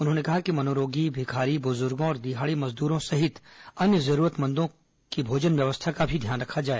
उन्होंने कहा कि मनोरोगी भिखारी बुजुर्गों और दिहाड़ी मजदूरों सहित अन्य जरूरतमंदों की भोजन व्यवस्था का भी ध्यान रखा जाए